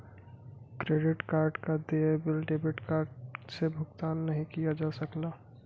credit card क देय bill debit card से भुगतान नाहीं किया जा सकला